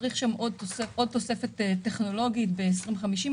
צריך שם עוד תוספת טכנולוגית ב-2050,